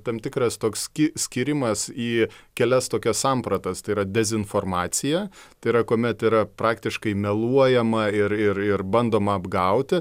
tam tikras toks sky skyrimas į kelias tokias sampratas tai yra dezinformacija tai yra kuomet yra praktiškai meluojama ir ir ir bandoma apgauti